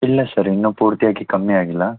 ಇಲ್ಲ ಸರ್ ಇನ್ನೂ ಪೂರ್ತಿಯಾಗಿ ಕಮ್ಮಿ ಆಗಿಲ್ಲ